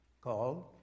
called